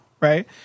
Right